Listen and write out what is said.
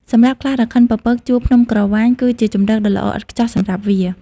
សម្រាប់ខ្លារខិនពពក ជួរភ្នំក្រវាញគឺជាជម្រកដ៏ល្អឥតខ្ចោះសម្រាប់វា។